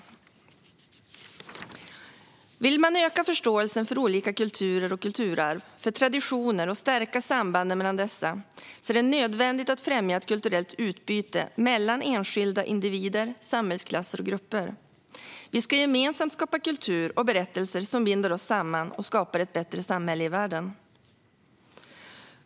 Vill man öka förståelsen för olika kulturer och kulturarv, för traditioner och stärka sambanden mellan dem är det nödvändigt att främja ett kulturellt utbyte mellan enskilda individer, samhällsklasser och grupper. Vi ska gemensamt skapa kultur och berättelser som binder oss samman och skapar ett bättre samhälle i världen.